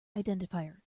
identifier